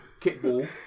kickball